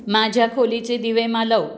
माझ्या खोलीचे दिवे मालव